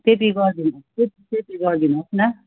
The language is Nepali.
त्यति गरिदिनु त्यति त्यति गरिदिनुहोस् न